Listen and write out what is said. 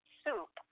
soup